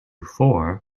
four